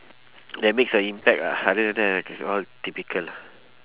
that makes a impact ah other than all typical lah